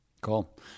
Cool